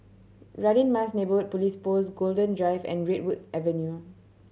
Radin Mas Neighbourhood Police Post Golden Drive and Redwood Avenue